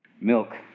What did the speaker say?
Milk